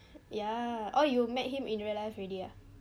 ya oh you met him in real life already ah